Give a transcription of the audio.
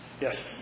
Yes